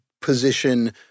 position